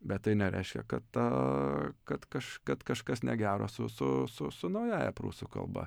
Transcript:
bet tai nereiškia kad ta kad kaž kad kažkas negero su su su su naująja prūsų kalba